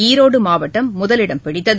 ஈரோடு மாவட்டம் முதலிடம் பிடித்தது